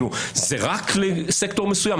זה רק לסקטור מסוים?